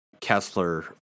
Kessler